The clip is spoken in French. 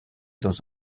dans